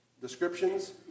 descriptions